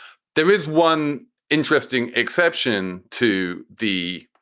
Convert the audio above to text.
there is one interesting exception to the